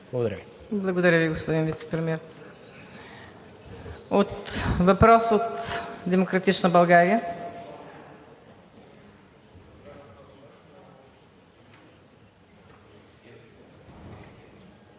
Благодаря Ви, господин Вицепремиер. Въпрос от „Демократична България“.